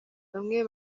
bamwe